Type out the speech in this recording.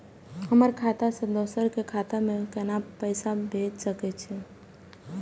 हमर खाता से दोसर के खाता में केना पैसा भेज सके छे?